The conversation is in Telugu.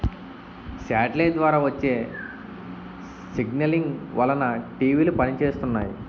సాటిలైట్ ద్వారా వచ్చే సిగ్నలింగ్ వలన టీవీలు పనిచేస్తున్నాయి